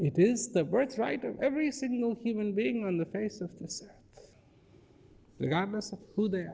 it is the birthright of every single human being on the face of the gar